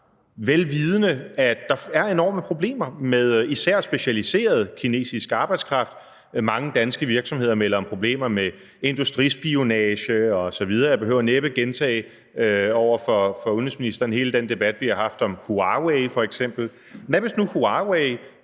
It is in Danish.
vel vidende at der er enorme problemer med især specialiseret kinesisk arbejdskraft. Mange danske virksomheder melder om problemer med industrispionage osv. Jeg behøver næppe gentage over for udenrigsministeren hele den debat, vi har haft om f.eks. Huawei. Hvis nu Huawei